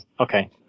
Okay